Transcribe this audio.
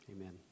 Amen